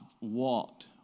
walked